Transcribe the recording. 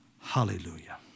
Hallelujah